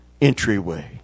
entryway